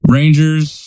Rangers